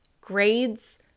Grades